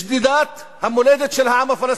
לשדידת המולדת של העם הפלסטיני,